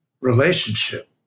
relationship